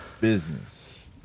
business